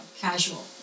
casual